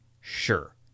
sure